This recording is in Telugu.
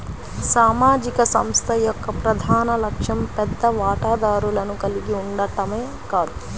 సామాజిక సంస్థ యొక్క ప్రధాన లక్ష్యం పెద్ద వాటాదారులను కలిగి ఉండటమే కాదు